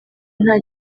nta